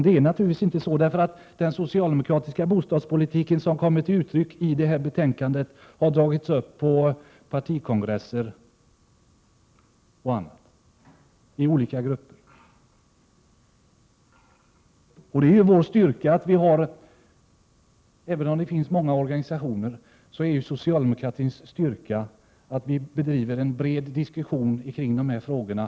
Det är naturligtvis inte så. Den socialdemokratiska bostadspolitiken — som kommer till uttryck i det här betänkandet — har utformats på partikongresser och i olika grupper. Det är socialdemokratins styrka — även om det finns många organisationer — att vi bedriver en bred diskussion kring de här frågorna.